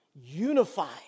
unified